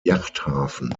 yachthafen